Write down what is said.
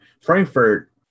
Frankfurt